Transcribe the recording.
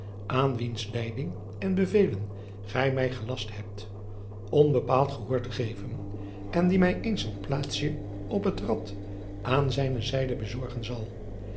aan wiens leiding en bevelen gij mij gelast hebt onbepaald gehoor te geven en die mij eens een plaatsje op het rad aan zijne zijde bezorgen zal